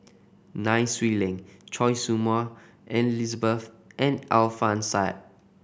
Nai Swee Leng Choy Su Moi Elizabeth and Alfian Sa'at